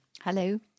Hello